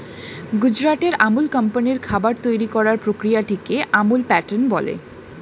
গুজরাটের আমুল কোম্পানির খাবার তৈরি করার প্রক্রিয়াটিকে আমুল প্যাটার্ন বলে